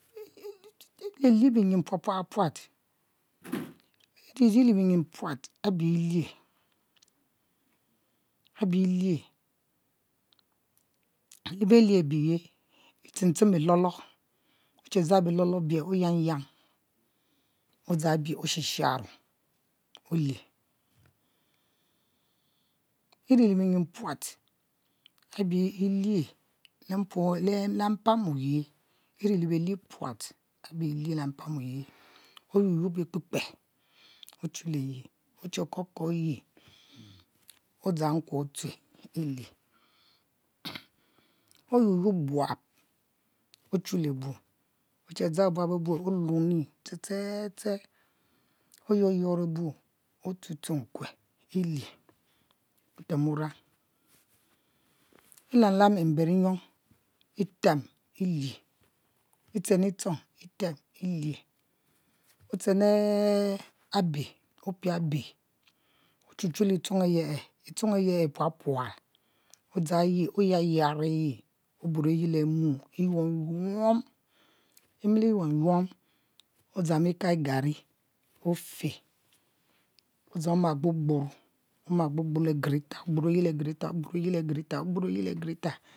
E' lielie biyin pua pua puat iri iri le biyin puat abi lee le belie abiye e etem etem e lolo oche dzang bilol abie oyang yang odzang bi oshisharo olie iri le bieyin puat abi e'lie le mpuo le mpam oyie iri le belie puat le mpam oyie oyoh yob e'kpeke, ochuwue yi roche kuo kuo yi odzang nkue otue oyob yob buab ochulebu oche dzang buob abue oluni ste ste ste oyor yor e'bu otue tue nkue ilie otem wurang ilam lam mber yong item e'lie ilchen e'tuong item ilie octchen e abe opie abe ochuchu le e'tuong aye e' e'tuong aye e'epual pual odzang eyi oyar yar eyi odzang eyi oburo yi le ni e'yuan yuon imi liyuom yuom odzang bikan igarri ofe odzang oma gbar gbor le grete gbur e'yi le greeter gbur eyi le greeter